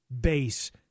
base